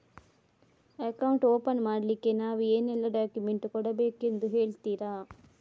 Account open ಮಾಡ್ಲಿಕ್ಕೆ ನಾವು ಏನೆಲ್ಲ ಡಾಕ್ಯುಮೆಂಟ್ ಕೊಡಬೇಕೆಂದು ಹೇಳ್ತಿರಾ?